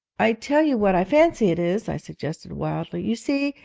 i tell you what i fancy it is i suggested wildly. you see,